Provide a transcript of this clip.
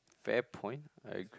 fair point I agree